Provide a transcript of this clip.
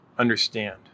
understand